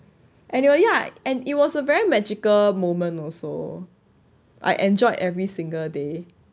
and it we~ ya and it was a very magical moment also I enjoyed every single day